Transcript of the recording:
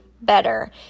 better